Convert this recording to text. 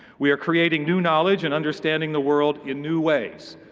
we are creating new knowledge and understanding the world in new ways.